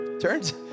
Turns